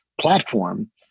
platform